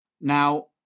Now